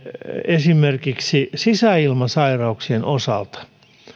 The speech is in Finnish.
esimerkiksi sisäilmasairauksien osalta